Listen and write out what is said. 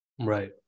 right